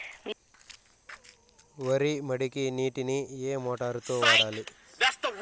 వరి మడికి నీటిని ఏ మోటారు తో వాడాలి?